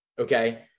okay